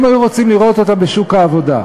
הם היו רוצים לראות אותם בשוק העבודה,